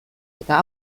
eta